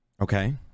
Okay